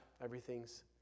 everything's